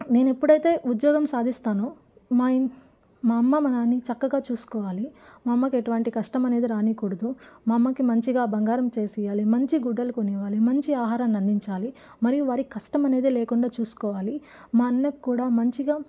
నేను ఎప్పుడైతే ఉద్యోగం సాధిస్తానో మా ఇన్ మా అమ్మ మా నాన్నని చక్కగా చూసుకోవాలి మా అమ్మకి ఎటువంటి కష్టం అనేది రానీకూడదు మా అమ్మకి మంచిగా బంగారం చేసియ్యాలి మంచి గుడ్డలు కొనివ్వాలి మంచి ఆహారాన్ని అందించాలి మరియు వారి కష్టం అనేది లేకుండా చూసుకోవాలి మా అన్నకి కూడా మంచిగా